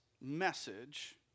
message